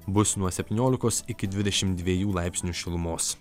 bus nuo septyniolikos iki dvidešim dviejų laipsnių šilumos